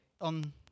on